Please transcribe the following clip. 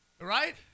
right